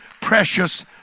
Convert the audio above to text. precious